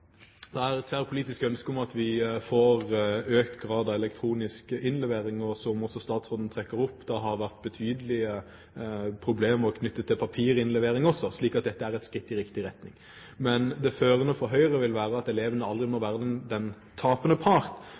Det er tverrpolitisk ønske om at vi får økt grad av elektronisk innlevering, og som statsråden trekker opp, har det vært betydelige problemer knyttet til papirinnleveringer også, så dette er et skritt i riktig retning. Men det førende for Høyre vil være at elevene aldri må være den tapende part